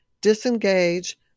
disengage